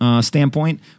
standpoint